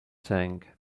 tank